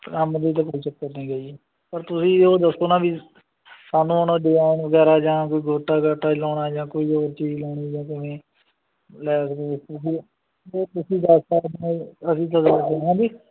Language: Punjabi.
ਕੰਮ ਦੀ ਤਾਂ ਕੋਈ ਚੱਕਰ ਨੀ ਹੈਗਾ ਜੀ ਪਰ ਤੁਸੀਂ ਉਹ ਦੱਸੋ ਨਾ ਵੀ ਸਾਨੂੰ ਹੁਣ ਡਿਜਾਇਨ ਵਗੈਰਾ ਜਾਂ ਕੋਈ ਗੋਟਾ ਗਾਟਾ ਹੀ ਲਾਉਣਾ ਜਾਂ ਕੋਈ ਹੋਰ ਚੀਜ਼ ਲਾਉਣੀ ਜਾਂ ਕਿਵੇਂ ਲੈਸ ਲੂਸ ਕਿਓਂਕਿ ਉਹ ਤੁਸੀਂ ਦੱਸ ਸਕਦੇ ਓ ਨਾ ਜੀ ਅਸੀਂ ਤਾਂ ਲਾ ਦੇਣੀ ਹਾਂਜੀ